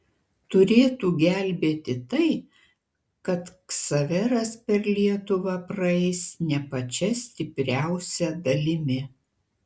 turėtų gelbėti tai kad ksaveras per lietuvą praeis ne pačia stipriausia dalimi